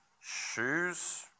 shoes